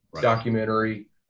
documentary